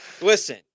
listen